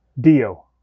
Dio